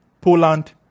Poland